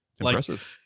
Impressive